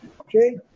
Okay